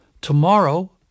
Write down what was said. Tomorrow